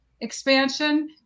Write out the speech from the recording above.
expansion